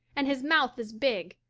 and his mouth is big,